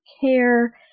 care